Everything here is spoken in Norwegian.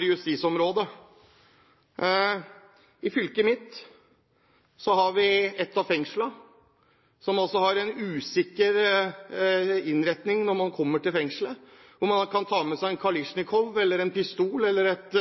justisområdet. I fylket mitt har et av fengslene en usikker innretning når man kommer til fengselet. Man kan ta med seg en kalasjnikov, pistol eller et